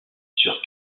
sur